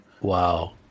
Wow